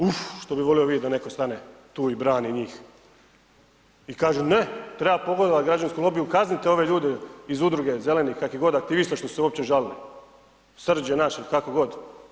Uf, što bi volio vidjeti da netko stane tu i brani njih i kaže ne, treba pogodovat građanskom lobiju, kaznite ove ljude iz udruge Zelenih, kakvih god aktivista što su se uopće žalili, „Srđ je naš“ ili kako god.